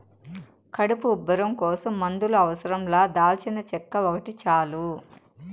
కడుపు ఉబ్బరం కోసం మందుల అవసరం లా దాల్చినచెక్క ఒకటి చాలు